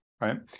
right